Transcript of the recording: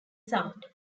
sound